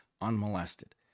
unmolested